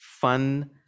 fun